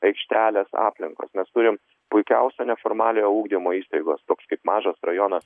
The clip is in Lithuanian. aikštelės aplinkos mes turim puikiausią neformaliojo ugdymo įstaigos toks kaip mažas rajonas